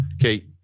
Okay